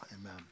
amen